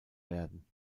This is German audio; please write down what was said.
werden